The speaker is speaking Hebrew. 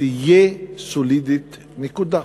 תהיה סולידית, נקודה.